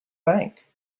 bank